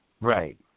Right